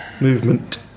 movement